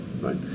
right